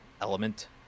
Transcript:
element